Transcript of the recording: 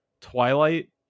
Twilight